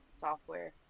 software